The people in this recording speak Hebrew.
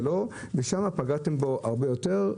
ופגעתם בו הרבה יותר.